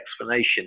explanation